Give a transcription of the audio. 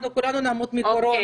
אחר כך אנחנו כולנו נמות מקורונה,